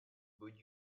would